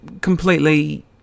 completely